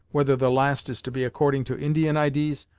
whether the last is to be according to indian idees,